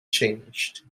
changed